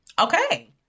Okay